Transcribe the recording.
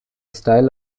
style